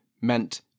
meant